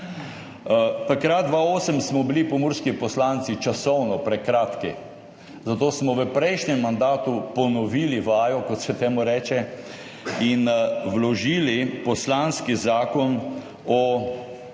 Takrat, 2008, smo bili pomurski poslanci časovno prekratki, zato smo v prejšnjem mandatu ponovili vajo, kot se temu reče, in vložili poslanski zakon o Pomurski